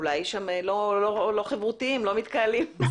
אולי שם לא חברותיים, לא מתקהלים.